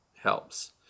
helps